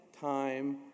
time